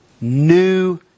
new